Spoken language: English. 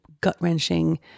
gut-wrenching